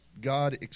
God